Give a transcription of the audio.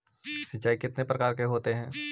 सिंचाई कितने प्रकार के होते हैं?